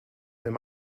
wenn